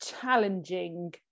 challenging